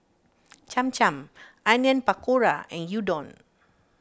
Cham Cham Onion Pakora and Gyudon